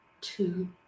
two